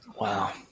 wow